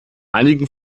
einigen